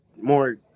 more